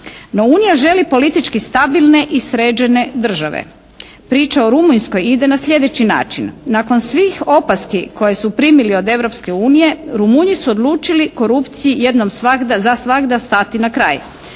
No Unija želi politički stabilne i sređene države. Priča o Rumunjskoj ide na sljedeći način. Nakon svih opaski koje su primili od Europske unije Rumunji su odlučili korupciji jednom za svagda stati na kraj.